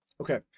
Okay